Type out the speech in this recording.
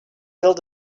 build